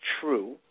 true